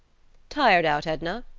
tired out, edna?